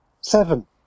Seven